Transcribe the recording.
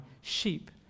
sheep